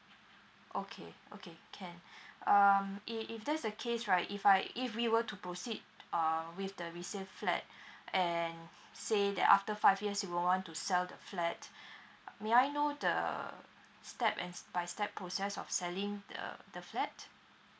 okay okay can um i~ if that's the case right if I if we were to proceed uh with the resale flat and say that after five years we will want to sell the flat may I know the uh step and by step process of selling the the flat